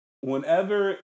Whenever